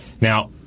Now